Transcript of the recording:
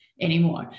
anymore